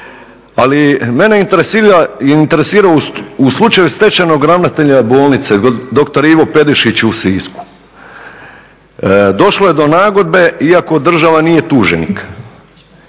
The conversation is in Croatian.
ali mene interesira u slučaju stečajnog ravnatelja bolnice doktor Ivo Perišić u Sisku. Došlo je do nagodbe iako država nije tuženik.